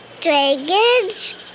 dragons